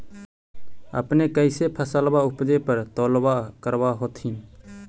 अपने कैसे फसलबा उपजे पर तौलबा करबा होत्थिन?